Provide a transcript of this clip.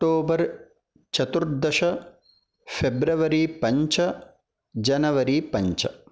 October चतुर्दश फेब्रवरी पञ्च जनवरी पञ्च